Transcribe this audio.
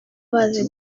bazi